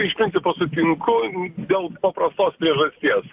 iš principo sutinku dėl paprastos priežasties